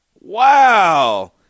wow